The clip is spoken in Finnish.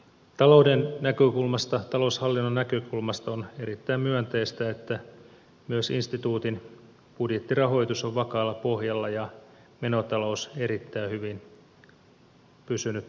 talouden näkökulmasta taloushallinnon näkökulmasta on erittäin myönteistä että myös instituutin budjettirahoitus on vakaalla pohjalla ja menotalous erittäin hyvin pysynyt kurissa